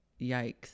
Yikes